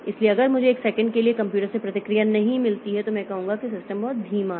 इसलिए अगर मुझे 1 सेकंड के लिए कंप्यूटर से प्रतिक्रिया नहीं मिलती है तो मैं कहूंगा कि सिस्टम बहुत धीमा है